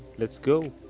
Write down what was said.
let's go!